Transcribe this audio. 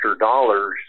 dollars